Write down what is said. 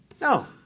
No